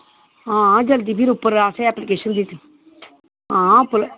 आं जल्दी फिर असें उप्पर एप्लीकेशन दिती आं उप्पर